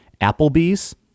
Applebee's